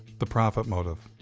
the profit motive.